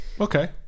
Okay